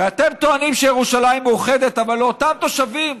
ואתם טוענים שירושלים מאוחדת, אבל לאותם תושבים,